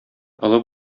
олы